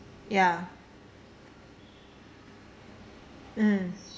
ya mm